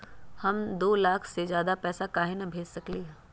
हम दो लाख से ज्यादा पैसा काहे न भेज सकली ह?